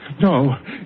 No